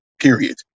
period